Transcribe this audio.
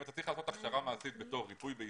אם אתה צריך לעשות הכשרה מעשית כריפוי בעיסוק,